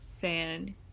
fan